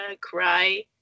cry